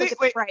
wait